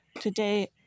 Today